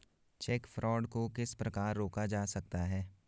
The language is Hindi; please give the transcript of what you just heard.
चेक फ्रॉड को किस प्रकार रोका जा सकता है?